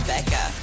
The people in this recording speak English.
Becca